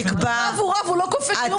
רב הוא רב, הוא לא כופה כלום.